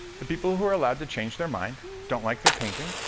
the people who were allowed to change their mind don't like their painting,